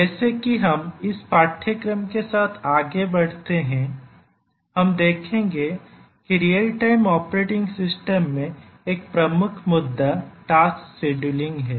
जैसे कि हम इस पाठ्यक्रम के साथ आगे बढ़ते हैं हम देखेंगे कि रियल टाइम ऑपरेटिंग सिस्टम में एक प्रमुख मुद्दा टास्क् शेड्यूलिंग है